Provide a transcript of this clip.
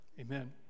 Amen